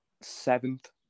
seventh